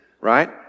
right